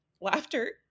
laughter